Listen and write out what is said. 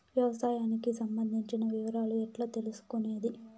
వ్యవసాయానికి సంబంధించిన వివరాలు ఎట్లా తెలుసుకొనేది?